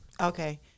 Okay